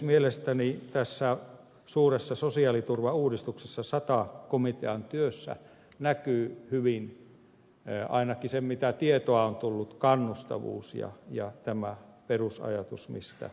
mielestäni tässä suuressa sosiaaliturvauudistuksessa sata komitean työssä näkyy hyvin ainakin mitä tietoa on tullut kannustavuus ja tämä perusajatus mistä mainitsin